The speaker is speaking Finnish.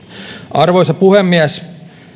arvoisa puhemies